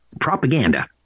Propaganda